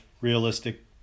realistic